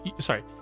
sorry